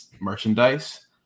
merchandise